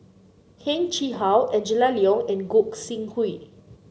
Heng Chee How Angela Liong and Gog Sing Hooi